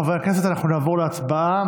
חברי הכנסת, אנחנו נעבור להצבעה